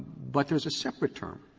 but there's a separate term,